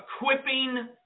equipping